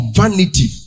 vanity